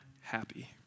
happy